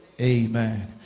amen